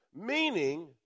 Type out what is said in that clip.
Meaning